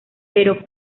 pero